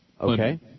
Okay